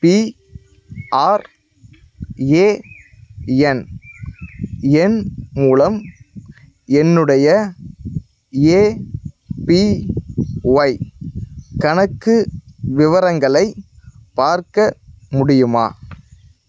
PRAN எண் மூலம் என்னுடைய ஏபிஒய் கணக்கு விவரங்களை பார்க்க முடியுமா